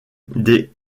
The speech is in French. des